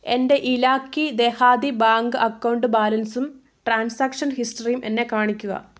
എൻ്റെ ഇലാക്കി ദെഹാതി ബാങ്ക് അക്കൗണ്ട് ബാലൻസും ട്രാൻസാക്ഷൻ ഹിസ്റ്ററിയും എന്നെ കാണിക്കുക